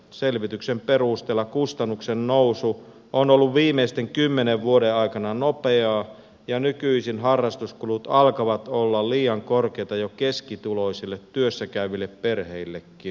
selvityksen perusteella kustannuksen nousu on ollut viimeisten kymmenen vuoden aikana nopeaa ja nykyisin harrastuskulut alkavat olla liian korkeita jo keskituloisille työssä käyville perheillekin